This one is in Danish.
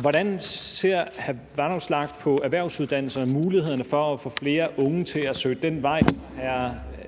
Hvordan ser hr. Alex Vanopslagh på erhvervsuddannelserne og mulighederne for at få flere unge til at søge den vej? Har hr.